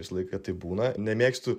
visą laiką taip būna nemėgstu